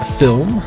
film